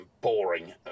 boring